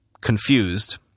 confused